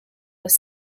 was